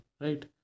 Right